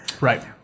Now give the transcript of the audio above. Right